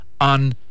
on